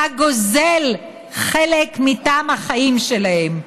אתה גוזל חלק מטעם החיים שלהם.